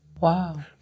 wow